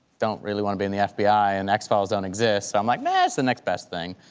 don't really wanna be in the fbi, and x-files don't exist, so i'm like meh, it's the next best thing.